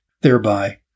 thereby